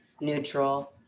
neutral